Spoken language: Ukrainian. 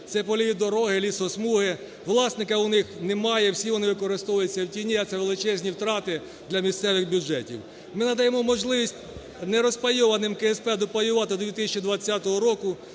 це польові дороги, лісосмуги, власника у них немає, всі вони використовуються в тіні, а це величезні втрати для місцевих бюджетів. Ми надаємо можливість не розпайованим КСП допаювати до 2020 року,